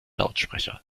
lautsprecher